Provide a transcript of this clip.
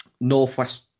Northwest